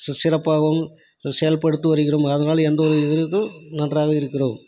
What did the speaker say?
C சிறப்பாகவும் செயல்படுத்தி வருகிறோம் அதனால் எந்த ஒரு இதுவும் நன்றாக இருக்கிறோம்